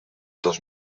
dos